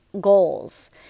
goals